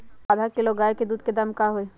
आधा किलो गाय के दूध के का दाम होई?